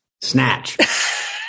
Snatch